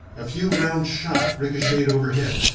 a few round shot ricochetted overhead,